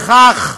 וכך,